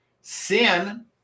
Sin